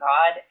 God